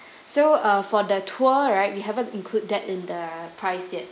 so uh for the tour right we haven't include that in the price yet